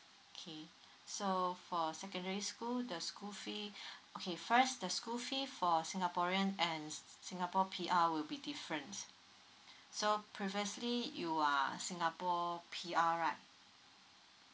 K so for secondary school the school fee okay first the school fee for singaporean and singapore P_R will be different so previously you are singapore P_R right